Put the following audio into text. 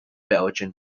belgian